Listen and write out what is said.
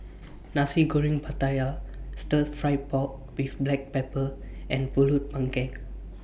Nasi Goreng Pattaya Stir Fried Pork with Black Pepper and Pulut Panggang